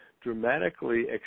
dramatically